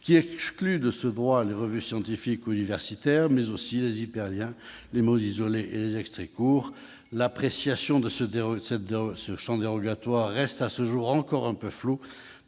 qui exclut de ce droit les revues scientifiques ou universitaires, mais aussi les hyperliens, les mots isolés et les extraits courts. L'appréciation de ce champ de dérogation reste à ce jour encore un peu floue